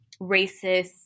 racist